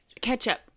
ketchup